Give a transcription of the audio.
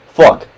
fuck